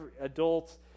adults